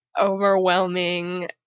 overwhelming